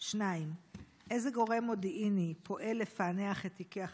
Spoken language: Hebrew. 2. איזה גורם מודיעיני פועל לפענח את תיקי החקירה?